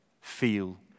feel